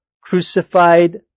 crucified